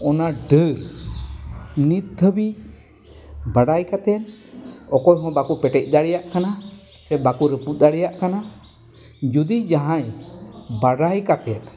ᱚᱱᱟ ᱰᱟᱹᱨ ᱱᱤᱛ ᱫᱷᱟᱹᱵᱤᱡ ᱵᱟᱰᱟᱭ ᱠᱟᱛᱮᱫ ᱚᱠᱚᱭ ᱦᱚᱸ ᱵᱟᱠᱚ ᱯᱮᱴᱮᱡ ᱫᱟᱲᱮᱭᱟᱜ ᱠᱟᱱᱟ ᱥᱮ ᱵᱟᱠᱚ ᱨᱟᱹᱯᱩᱫ ᱫᱟᱲᱮᱭᱟᱜ ᱠᱟᱱᱟ ᱡᱩᱫᱤ ᱡᱟᱦᱟᱸᱭ ᱵᱟᱰᱟᱭ ᱠᱟᱛᱮᱫ